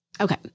Okay